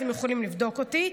אתם יכולים לבדוק אותי,